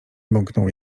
bąknął